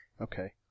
Okay